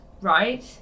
right